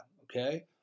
Okay